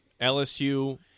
LSU